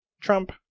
Trump